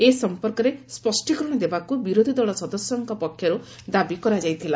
ଏ ସମ୍ପର୍କରେ ସ୍ୱଷ୍ଟୀକରଣ ଦେବାକୁ ବିରୋଧୀଦଳ ସଦସ୍ୟଙ୍କ ପକ୍ଷରୁ ଦାବି କରାଯାଇଥିଲା